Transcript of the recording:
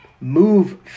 move